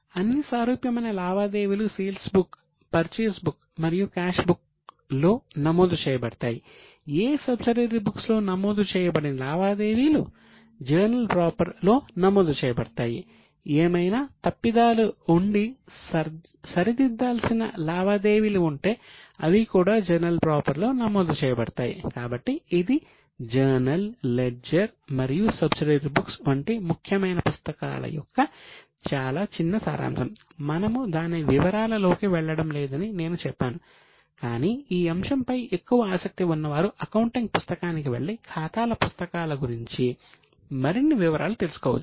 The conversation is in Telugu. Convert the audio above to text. అన్ని సారూప్యమైన లావాదేవీలు సేల్స్ బుక్ వంటి ముఖ్యమైన పుస్తకాల యొక్క చాలా చిన్న సారాంశం మనము దాని వివరాలలోకి వెళ్ళడం లేదని నేను చెప్పాను కాని ఈ అంశంపై ఎక్కువ ఆసక్తి ఉన్నవారు అకౌంటింగ్ పుస్తకానికి వెళ్లి ఖాతాల పుస్తకాల గురించి మరిన్ని వివరాలు తెలుసుకోవచ్చు